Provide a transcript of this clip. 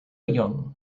young